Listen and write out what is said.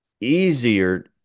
easier